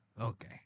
Okay